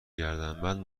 گردنبند